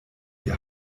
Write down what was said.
die